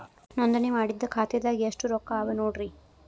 ನೋಂದಣಿ ಮಾಡಿದ್ದ ಖಾತೆದಾಗ್ ಎಷ್ಟು ರೊಕ್ಕಾ ಅವ ನೋಡ್ರಿ